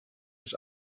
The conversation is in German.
des